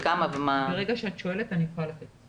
ברגע שאת שואלת, אני יכולה לתת.